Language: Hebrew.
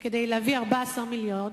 וכדי להביא 14 מיליארד,